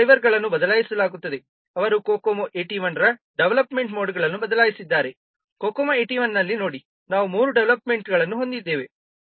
scale ಡ್ರೈವರ್ಗಳನ್ನು ಬದಲಾಯಿಸಲಾಗುತ್ತದೆ ಅವರು COCOMO 81 ರ ಡೆವಲಪ್ಮೆಂಟ್ ಮೊಡ್ಗಳನ್ನು ಬದಲಾಯಿಸಿದ್ದಾರೆ COCOMO 81 ನಲ್ಲಿ ನೋಡಿ ನಾವು ಮೂರು ಡೆವಲಪ್ಮೆಂಟ್ ಮೊಡ್ಗಳನ್ನು ಹೊಂದಿದ್ದೇವೆ